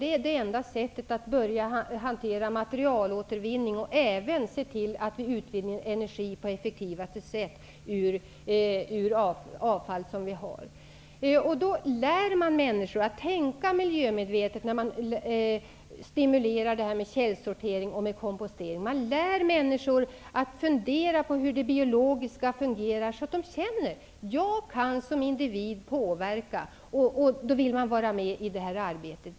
Det är det enda sättet att börja hantera materialåtervinning och se till att vi utvinner energi på det effektivaste sätt ur vårt avfall. När man stimulerar källsortering lär man människor att tänka miljömedvetet. Man lär människor att fundera över hur det biologiska kretsloppet fungerar så att de känner att de som individer kan påverka. Och då vill de också vara med i det här arbetet.